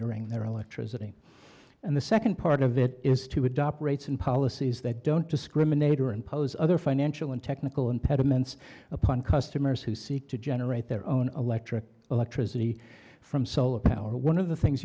metering their electricity and the second part of it is to adopt rates and policies that don't discriminate or impose other financial and technical impediments upon customers who seek to generate their own electric electricity from solar power one of the things